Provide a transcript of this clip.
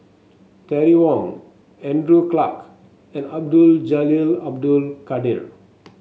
Terry Wong Andrew Clarke and Abdul Jalil Abdul Kadir